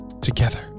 Together